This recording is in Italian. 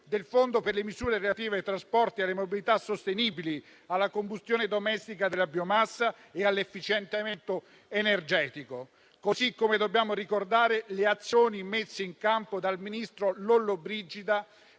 del Fondo per le misure relative ai trasporti, alla mobilità sostenibile, alla combustione domestica della biomassa e all'efficientamento energetico. Dobbiamo ugualmente ricordare le azioni messe in campo dal ministro Lollobrigida